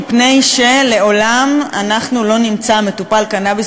מפני שלעולם אנחנו לא נמצא מטופל קנאביס